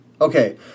okay